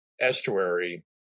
estuary